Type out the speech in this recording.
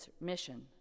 mission